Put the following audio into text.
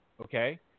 okay